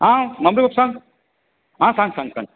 आं माधव सांग आं सांग सांंग